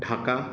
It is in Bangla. ঢাকা